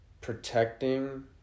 protecting